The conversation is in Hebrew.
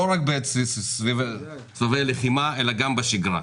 לא רק בעת סבבי לחימה אלא גם בשגרה.